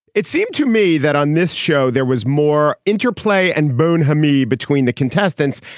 it seemed to me that on this show there was more interplay and boon hammy between the contestants.